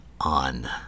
On